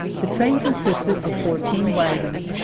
the train consisted of fourteen wagons,